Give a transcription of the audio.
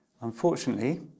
Unfortunately